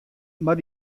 mar